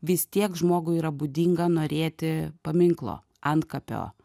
vis tiek žmogui yra būdinga norėti paminklo antkapio